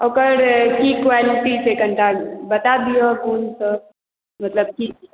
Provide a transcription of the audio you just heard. ओकर की क्वालिटी छै कनिटा बता दिअ गुणसभ मतलब की